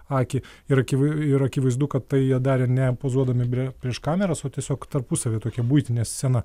akį ir akivai ir akivaizdu kad tai jie darė ne pozuodami biure prieš kameras o tiesiog tarpusavy tokia buitinė scena